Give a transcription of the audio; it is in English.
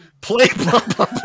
play